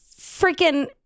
freaking